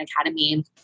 Academy